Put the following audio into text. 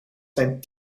zijn